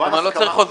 אפילו חוזה